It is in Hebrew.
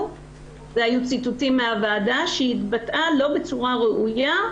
זו הרגשה של סכין שחותכת אותך בצוואר הרחם.